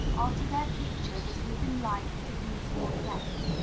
are to their pictures as living life to beautiful death.